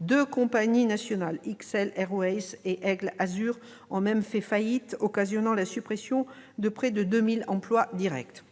Deux compagnies nationales, XL Airways et Aigle Azur, ont même fait faillite, occasionnant la suppression de près de 2 000 emplois directs.